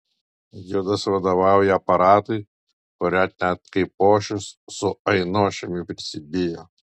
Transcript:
judas vadovauja aparatui kurio net kaipošius su ainošiumi prisibijo